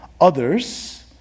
others